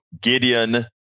Gideon